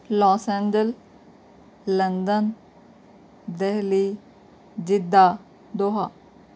loss Angeles London Delhi Jeddah Doha